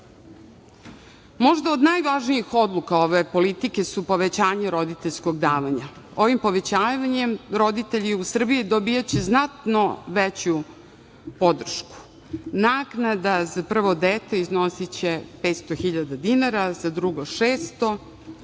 od najvažnijih odluka ove politike su povećanje roditeljskog davanja. Ovim povećanjem roditelji u Srbiji dobijaće znatno veću podršku. Naknada za prvo dete iznosiće 500 hiljada dinara, za drugo 600,